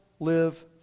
Live